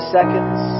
seconds